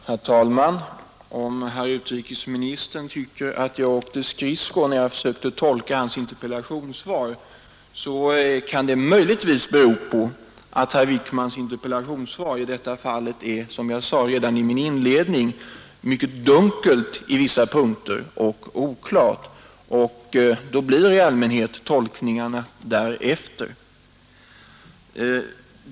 Herr talman! Om herr utrikesministern tycker att jag åkte skridskor, när jag försökte tolka hans interpellationssvar, kan det möjligtvis bero på att herr Wickmans interpellationssvar i detta fall är, som jag sade redan i min inledning, mycket dunkelt och oklart i vissa punkter. Då blir tolkningarna därefter.